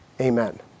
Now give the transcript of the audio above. Amen